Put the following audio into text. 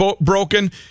broken